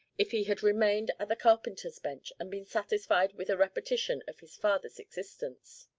if he had remained at the carpenter's bench and been satisfied with a repetition of his father's existence.